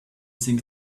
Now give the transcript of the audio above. think